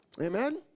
Amen